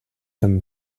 them